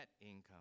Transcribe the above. income